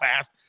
fast